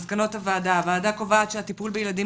מסקנות הוועדה: הוועדה קובעת שהטיפול בילדים